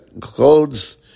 clothes